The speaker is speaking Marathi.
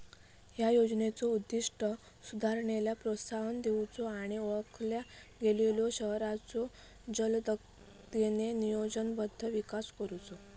या योजनेचो उद्दिष्ट सुधारणेला प्रोत्साहन देऊचो आणि ओळखल्या गेलेल्यो शहरांचो जलदगतीने नियोजनबद्ध विकास करुचो